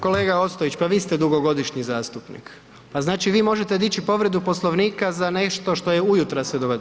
Kolega Ostojić, pa vi ste dugogodišnji zastupnik pa znači vi možete dići povredu Poslovnika za nešto što se ujutro dogodilo?